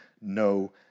no